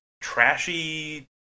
trashy